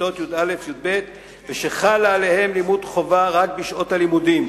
בכיתות י"א-י"ב וחל עליהם חוק לימוד חובה רק בשעות הלימודים,